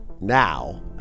now